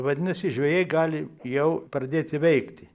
vadinasi žvejai gali jau pradėti veikti